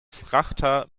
frachter